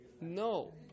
no